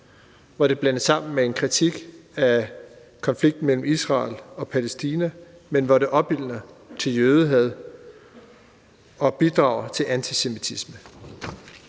hvor den blandes sammen med en kritik af konflikten mellem Israel og Palæstina, men hvor den kritik opildner til jødehad og bidrager til antisemitisme.